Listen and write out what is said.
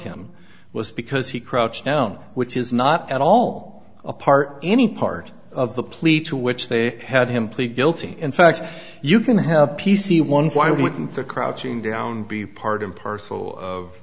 him was because he crouched down which is not at all a part any part of the plea to which they had him plead guilty in fact you can have p c one why wouldn't the crouching down be part and parcel of